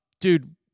dude